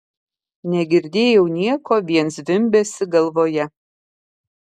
negirdėjau nieko vien zvimbesį galvoje